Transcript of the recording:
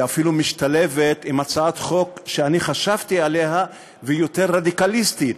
שאפילו משתלבת עם הצעת חוק שאני חשבתי עליה והיא יותר רדיקליסטית.